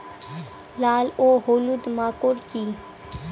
লাল ও হলুদ মাকর কী?